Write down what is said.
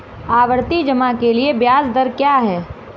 आवर्ती जमा के लिए ब्याज दर क्या है?